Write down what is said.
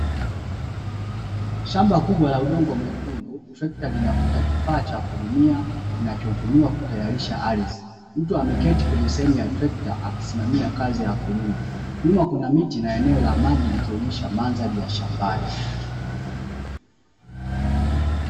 Shamba kubwa la udongo mwekundu trekta linavuta kifaa cha kulimia kinachotumiwa kutayarisha ardhi, mtu ameketi kwenye sehemu ya trekta akisimamia kazi ya kulima, nyuma kuna miti na eneo la maji likionyesa mandhari ya shambani.